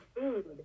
food